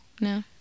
No